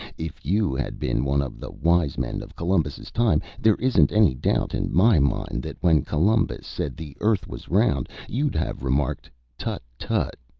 if you had been one of the wise men of columbus's time there isn't any doubt in my mind that when columbus said the earth was round, you'd have remarked tutt, tutt,